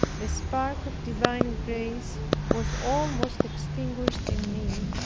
the spark of divine grace was almost extinguished in me,